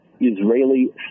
Israeli